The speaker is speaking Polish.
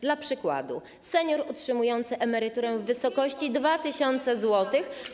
Dla przykładu: senior otrzymujący emeryturę w wysokości 2 tys. zł.